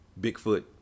Bigfoot